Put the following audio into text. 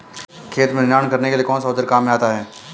खेत में निनाण करने के लिए कौनसा औज़ार काम में आता है?